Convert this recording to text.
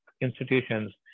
institutions